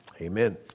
Amen